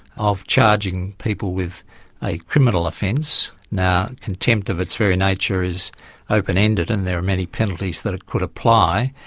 of charging people with a criminal offence. now contempt, of its very nature, is open-ended, and there are many penalties that could apply.